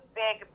big